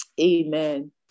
amen